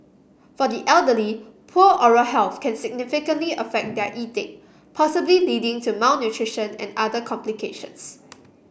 for the elderly poor oral health can significantly affect their eating possibly leading to malnutrition and other complications